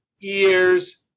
ears